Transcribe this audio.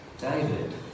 David